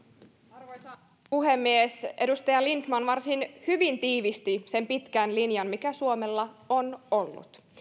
arvoisa puhemies edustaja lindtman varsin hyvin tiivisti sen pitkän linjan mikä suomella on ollut